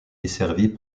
desservie